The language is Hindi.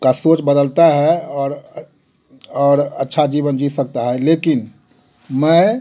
का सोच बदलता है और और अच्छा जीवन जी सकता है लेकिन मैं